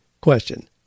question